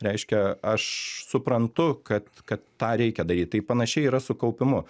reiškia aš suprantu kad kad tą reikia daryt tai panašiai yra su kaupimu